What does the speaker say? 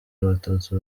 abatutsi